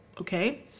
okay